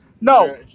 No